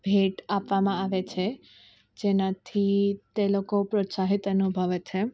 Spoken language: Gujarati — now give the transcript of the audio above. ભેટ આપવામાં આવે છે જેનાથી તે લોકો પ્રોત્સાહિત અનુભવે છે